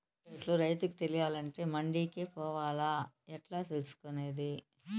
పంట రేట్లు రైతుకు తెలియాలంటే మండి కే పోవాలా? ఎట్లా తెలుసుకొనేది?